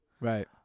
Right